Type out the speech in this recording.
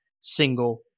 single